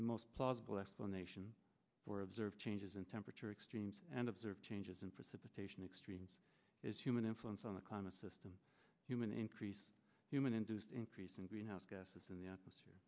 the most plausible explanation for observed changes in temperature extremes and observed changes in precipitation extremes is human influence on the climate system human increase human induced increase in greenhouse gases in the atmosphere